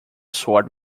sword